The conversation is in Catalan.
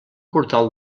portal